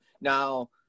Now